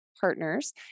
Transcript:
partners